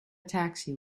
taxi